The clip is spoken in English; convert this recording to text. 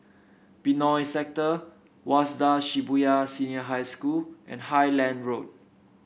Benoi Sector Waseda Shibuya Senior High School and Highland Road